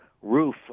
roof